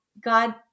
God